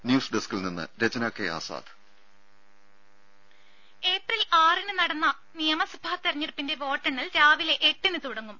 news ഡസ്കിൽ നിന്ന് രജ്ന കെ ആസാദ് ദ്ദേ ഏപ്രിൽ ആറിന് നടന്ന നിയമസഭാ തെരഞ്ഞെടുപ്പിന്റെ വോട്ടെണ്ണൽ രാവിലെ എട്ടിന് തുടങ്ങും